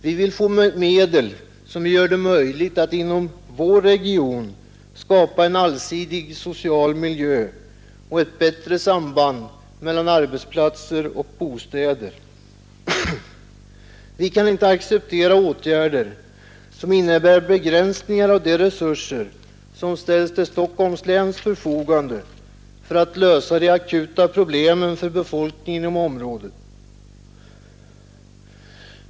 Vi vill få medel som gör det möjligt att inom vår region skapa en allsidig social miljö och ett bättre samband mellan arbetsplatser och bostäder. Vi kan inte acceptera åtgärder som innebär begränsningar av de resurser som ställs till Stockholms läns förfogande för att lösa de akuta problemen för befolkningen inom området.